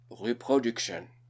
reproduction